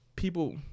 People